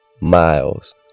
miles